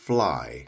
Fly